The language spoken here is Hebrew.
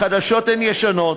החדשות הן ישנות,